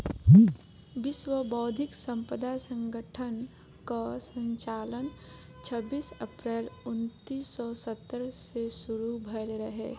विश्व बौद्धिक संपदा संगठन कअ संचालन छबीस अप्रैल उन्नीस सौ सत्तर से शुरू भयल रहे